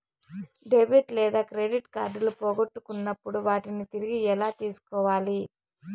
debit లేదా credit కార్డులు పోగొట్టుకున్నప్పుడు వాటిని తిరిగి ఎలా తీసుకోవాలి